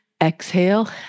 Exhale